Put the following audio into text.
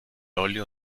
óleo